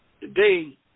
today